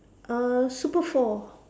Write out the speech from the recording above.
uh super four